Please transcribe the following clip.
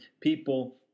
people